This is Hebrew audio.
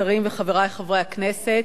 השרים וחברי חברי הכנסת,